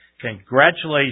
Congratulations